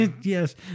Yes